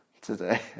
today